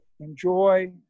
enjoy